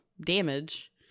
damage